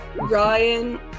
Ryan